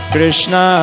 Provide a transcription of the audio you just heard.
Krishna